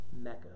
Mecca